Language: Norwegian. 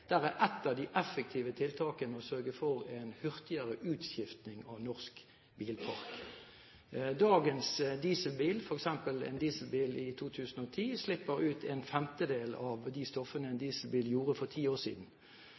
Ett av de effektive tiltakene er å sørge for en hurtigere utskiftning av norsk bilpark. Dagens dieselbil, f.eks. en dieselbil fra 2010, slipper ut en femtedel av de stoffene en dieselbil gjorde for ti år siden.